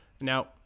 Now